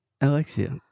Alexia